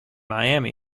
miami